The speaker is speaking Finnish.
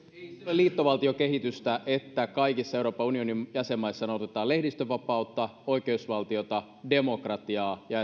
liittovaltiokehitystä että kaikissa euroopan unionin jäsenmaissa noudatetaan lehdistönvapautta oikeusvaltiota ja demokratiaa ja